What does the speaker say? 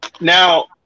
Now